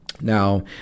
Now